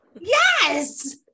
Yes